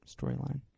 storyline